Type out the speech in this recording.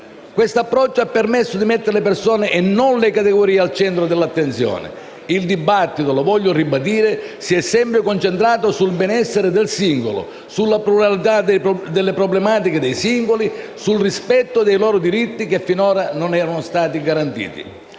Questo approccio ha permesso di mettere le persone e non le categorie al centro dell'attenzione: il dibattito - lo voglio ribadire - si è sempre concentrato sul benessere del singolo, sulla pluralità delle problematiche dei singoli, sul rispetto dei loro diritti, che finora non erano stati garantiti.